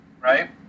right